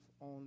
on